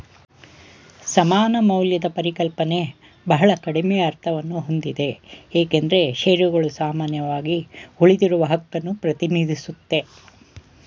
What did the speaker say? ಸಮಾನ ಮೌಲ್ಯದ ಪರಿಕಲ್ಪನೆ ಬಹಳ ಕಡಿಮೆ ಅರ್ಥವನ್ನಹೊಂದಿದೆ ಏಕೆಂದ್ರೆ ಶೇರುಗಳು ಸಾಮಾನ್ಯವಾಗಿ ಉಳಿದಿರುವಹಕನ್ನ ಪ್ರತಿನಿಧಿಸುತ್ತೆ